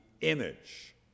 image